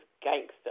gangster